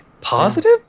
positive